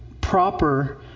proper